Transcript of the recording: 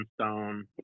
stone